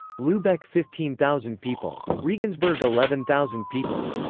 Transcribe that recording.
lubeck fifteen thousand people. regensburg eleven thousand people.